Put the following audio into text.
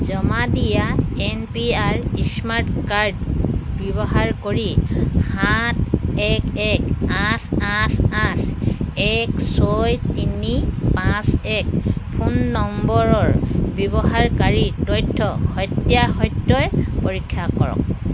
জমা দিয়া N P R smart card ব্যৱহাৰ কৰি সাত এক এক আঠ আঠ আঠ এক ছয় তিনি পাঁচ এক ফোন নম্বৰৰ ব্যৱহাৰকাৰীৰ তথ্যৰ সত্য়াসত্য় পৰীক্ষা কৰক